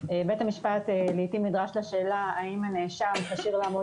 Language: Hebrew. בית המשפט לעיתים נדרש לשאלה האם הנאשם כשיר לעמוד